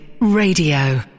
Radio